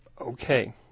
okay